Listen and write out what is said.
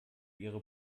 ihre